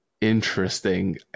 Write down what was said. interesting